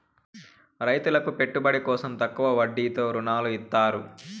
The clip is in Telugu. రైతులకు పెట్టుబడి కోసం తక్కువ వడ్డీతో ఋణాలు ఇత్తారు